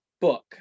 book